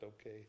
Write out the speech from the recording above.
okay